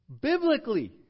Biblically